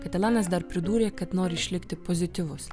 katalonas dar pridūrė kad nori išlikti pozityvus